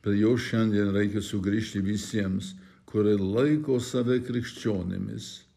tai jau šiandien reikia sugrįžti visiems kurie laiko save krikščionimis